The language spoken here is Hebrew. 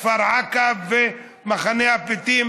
כפר עקב ומחנה הפליטים